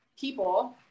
people